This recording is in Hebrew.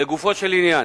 לגופו של עניין,